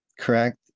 correct